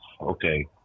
Okay